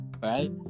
Right